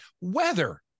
weather